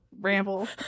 ramble